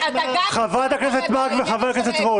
חברת הכנסת מארק וחבר הכנסת רול.